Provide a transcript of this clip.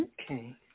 Okay